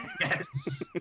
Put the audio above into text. Yes